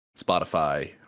spotify